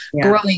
growing